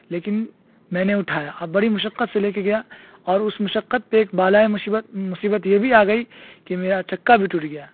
لیکن میں نے اٹھایا او بڑی مشقت سے لے کے گیا اور اس مشقت پہ ایک بالائے مشیبت مصیبت یہ بھی آ گئی کہ میرا چکہ بھی ٹوٹ گیا